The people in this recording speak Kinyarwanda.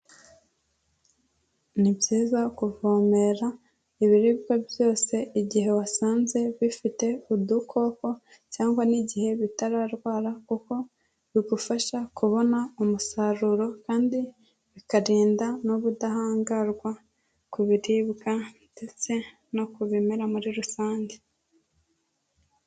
Ni byiza kuvomera ibiribwa byose igihe wasanze bifite udukoko cyangwa n'igihe bitararwara kuko bigufasha kubona umusaruro kandi bikarinda n'ubudahangarwa ku biribwa ndetse no ku bimera muri rusange.